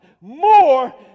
more